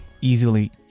easily